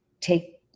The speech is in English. take